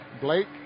Blake